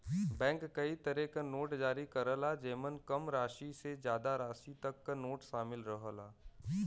bank कई तरे क नोट जारी करला जेमन कम राशि से जादा राशि तक क नोट शामिल रहला